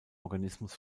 organismus